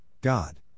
God